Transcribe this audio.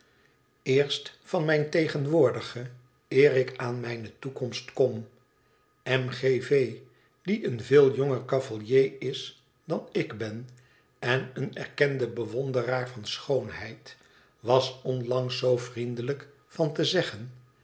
eerst van mijn tegenwoordige eer ik aan mijne toekomst kom m g v die een veel jonger cavalier is dan ik ben en een erkende bewonderaar van schoonheid was onlangs zoo vriendelijk van te zeggen